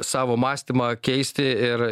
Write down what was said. savo mąstymą keisti ir